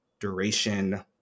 duration